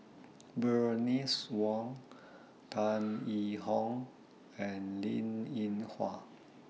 Bernice Wong Tan Yee Hong and Linn in Hua